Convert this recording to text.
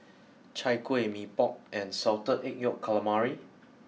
Chai Kuih Mee Pok and Salted Egg Yolk Calamari